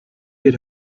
get